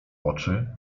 oczy